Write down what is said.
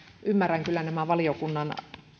ymmärrän kyllä valiokunnan